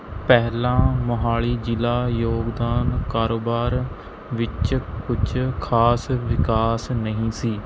ਪਹਿਲਾਂ ਮੋਹਾਲੀ ਜ਼ਿਲ੍ਹਾ ਯੋਗਦਾਨ ਕਾਰੋਬਾਰ ਵਿੱਚ ਕੁਝ ਖਾਸ ਵਿਕਾਸ ਨਹੀਂ ਸੀ